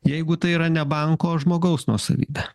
jeigu tai yra ne banko o žmogaus nuosavybė